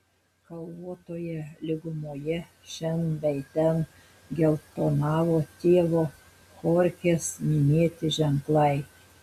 kalvotoje lygumoje šen bei ten geltonavo tėvo chorchės minėti ženklai